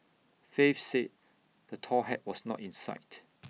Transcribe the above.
faith said the tall hat was not in sight